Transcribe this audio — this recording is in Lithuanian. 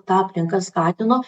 ta aplinka skatino